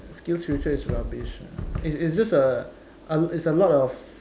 Skills-Future is rubbish lah it's it's just a it's a lot of